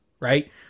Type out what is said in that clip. right